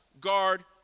guard